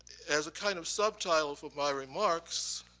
as a kind of subtitle for my remarks,